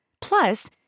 Plus